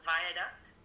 Viaduct